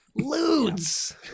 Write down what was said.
Ludes